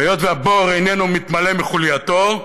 והיות שהבור איננו מתמלא מחולייתו,